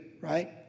Right